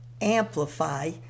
amplify